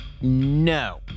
No